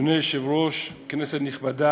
אדוני היושב-ראש, כנסת נכבדה,